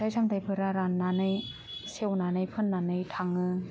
फिथाइ सामथाइफोरा रान्नानै सेवनानै फोन्नानै थाङो